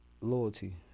Loyalty